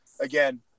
again